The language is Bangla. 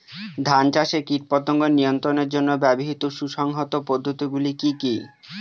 ধান চাষে কীটপতঙ্গ নিয়ন্ত্রণের জন্য ব্যবহৃত সুসংহত পদ্ধতিগুলি কি কি?